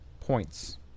points